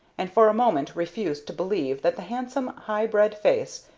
and for a moment refused to believe that the handsome, high-bred face,